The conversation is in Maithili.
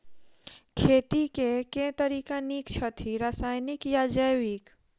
खेती केँ के तरीका नीक छथि, रासायनिक या जैविक?